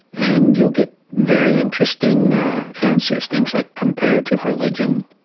and you'll get very interesting answers, things like comparative religion.